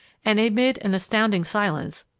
and amid an astounded silence,